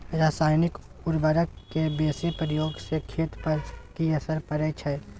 रसायनिक उर्वरक के बेसी प्रयोग से खेत पर की असर परै छै?